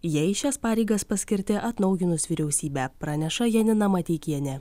jie į šias pareigas paskirti atnaujinus vyriausybę praneša janina mateikienė